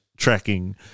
tracking